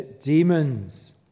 demons